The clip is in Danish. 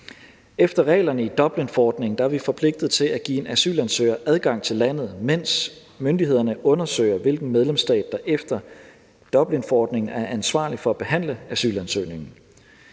Efter reglerne i Dublinforordningen er vi forpligtet til at give en asylansøger adgang til landet, mens myndighederne undersøger, hvilken medlemsstat der efter Dublinforordningen er ansvarlig for at behandle asylansøgningen.